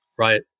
Right